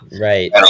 right